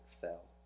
fell